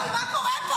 --- מה הולך פה.